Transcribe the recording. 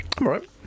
right